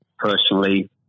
personally